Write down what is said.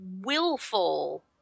willful